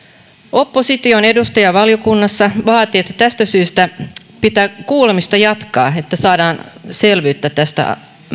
opposition edustaja valiokunnassa vaati että tästä syystä pitää kuulemista jatkaa että saadaan selvyyttä